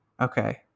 okay